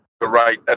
right